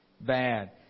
Bad